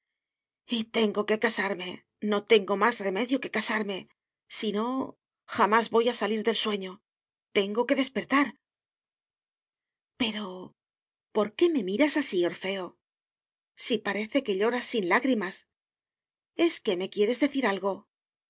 y tengo que casarme no tengo más remedio que casarme si no jamás voy a salir del sueño tengo que despertar pero por qué me miras así orfeo si parece que lloras sin lágrimas es que me quieres decir algo